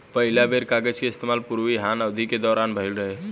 पहिला बेर कागज के इस्तेमाल पूर्वी हान अवधि के दौरान भईल रहे